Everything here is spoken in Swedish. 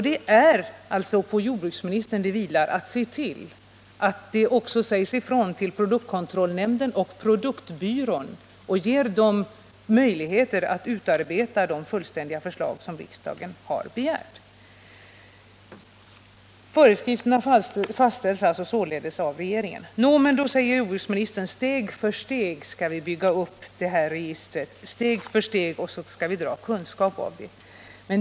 Det är på jordbruksministern det vilar att se till att det också sägs ifrån till produktkontrollnämnden och produktbyrån och att de får möjligheter att utarbeta det fullständiga förslag som riksdagen har begärt. Föreskrifterna fastställs av regeringen. Men då säger jordbruksministern: Steg för steg skall vi bygga upp det här registret, och sedan skall vi dra kunskap av det.